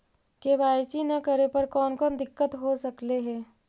KYC न करे पर कौन कौन दिक्कत हो सकले हे?